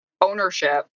ownership